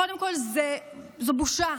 קודם כול, זו בושה.